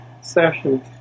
sessions